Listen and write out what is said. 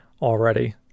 already